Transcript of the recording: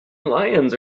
lions